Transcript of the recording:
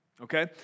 okay